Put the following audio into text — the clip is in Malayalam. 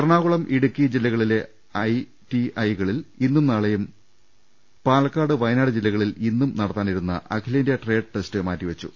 എറണാകുളം ഇടുക്കി ജില്ലകളിലെ ഐടിഐകളിൽ ഇന്നും നാളെയും പാലക്കാട് വയനാട് ജില്ലകളിൽ ഇന്നും നടത്താനിരുന്ന അഖിലേന്ത്യാ ട്രേഡ് ടെസ്റ്റ് മാറ്റിവെച്ചു